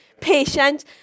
patient